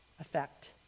effect